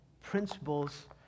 principles